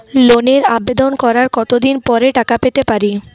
লোনের আবেদন করার কত দিন পরে টাকা পেতে পারি?